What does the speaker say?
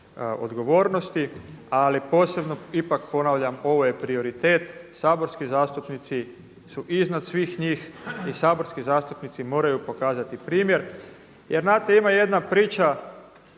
odgovornosti, ali posebno ipak ponavljam ovo je prioritet. Saborski zastupnici su iznad svih njih i saborski zastupnici moraju pokazati primjer. Jer znate ima jedna priča